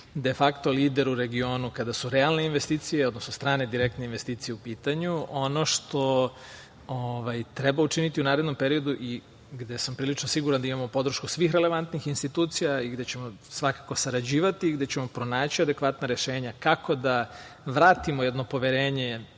defakto lider u regionu kada su realne investicije, odnosno strane direktne investicije u pitanju. Ono što treba učiniti u narednom periodu i gde sam prilično siguran da imamo podršku svih relevantnih institucija i gde ćemo svakako sarađivati, gde ćemo pronaći adekvatna rešenja kako da vratimo jedno poverenje